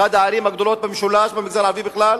אחת הערים הגדולות במשולש ובמגזר הערבי בכלל,